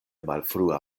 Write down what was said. malfrua